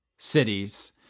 cities